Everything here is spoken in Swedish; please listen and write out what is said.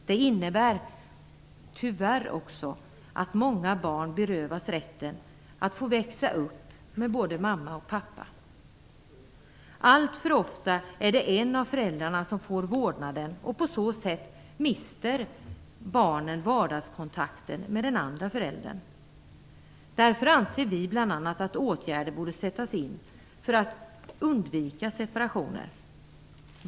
Det innebär tyvärr också att många barn berövas rätten att få växa upp med både mamma och pappa. Alltför ofta är det en av föräldrarna som får vårdnaden, och på så sätt mister barnet vardagskontakten med den andra föräldern. Därför anser vi bl.a. att åtgärder borde sättas in för att undvika separationer.